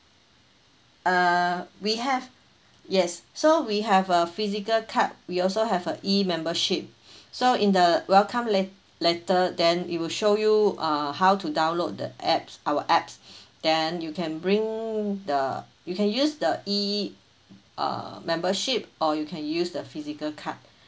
uh we have yes so we have a physical card we also have a E membership so in the welcome let~ letter then it will show you uh how to download the app our app then you can bring the you can use the E uh membership or you can use the physical card